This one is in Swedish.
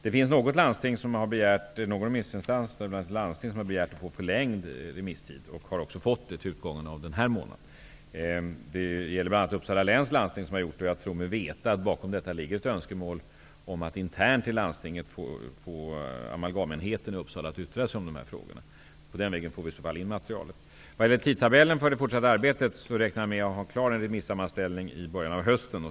Det finns flera remissinstanser, bl.a. några landsting, som har begärt en förlängd remisstid och fått det till utgången av denna månad. Det gäller bl.a. Uppsala läns landsting. Jag tror mig veta att bakom detta ligger ett önskemål om att internt i landstinget få amalgamenheten i Uppsala att yttra sig i dessa frågor. På den vägen får vi in materialet. Vad gäller tidtabellen för det fortsatta arbetet räknar jag med att ha klar remissammanställningen i början av hösten.